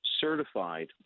certified